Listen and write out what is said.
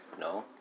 No